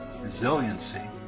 resiliency